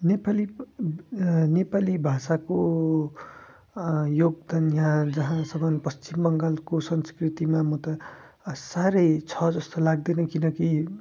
नेपाली नेपाली भाषाको योगदान यहाँ जहाँसम्म पश्चिम बङ्गालको संस्कृतिमा म त साह्रै छ जस्तो लाग्दैन किनकि